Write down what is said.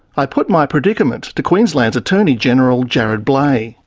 i put my predicament to queensland's attorney general jarrod bleijie.